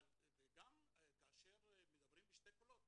אבל כשמדברים בשני קולות,